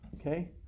Okay